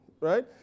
right